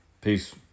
Peace